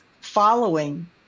following